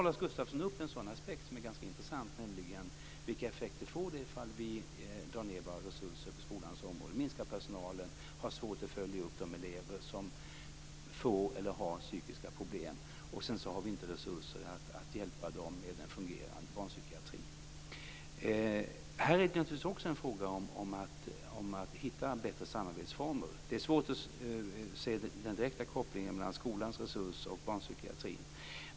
Lars Gustafsson tar upp en sådan aspekt som är ganska intressant, nämligen vilka effekter det får om vi drar ned våra resurser på skolans område och minskar personalen, har svårt att följa upp de elever som får eller har psykiska problem, och om vi inte har resurser att hjälpa dem med en fungerande barnpsykiatri. Det är naturligtvis åter en fråga om att hitta bättre samarbetsformer. Det är svårt att se den direkta kopplingen mellan skolans resurser och barnpsykiatrin.